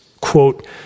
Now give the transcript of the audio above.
quote